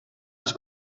els